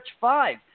five